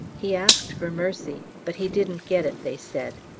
he asked for mercy, but he didn't get it, they said.